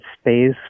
space